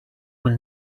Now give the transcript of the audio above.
will